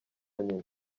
nyina